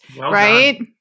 right